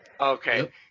Okay